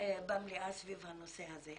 סביב הנושא הזה.